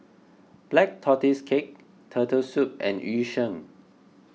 Black Tortoise Cake Turtle Soup and Yu Sheng